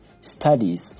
Studies